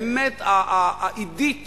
באמת העידית